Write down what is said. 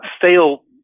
fail